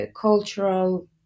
cultural